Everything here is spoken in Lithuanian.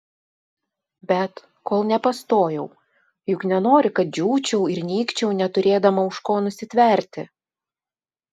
bet kol nepastojau juk nenori kad džiūčiau ir nykčiau neturėdama už ko nusitverti